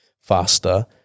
faster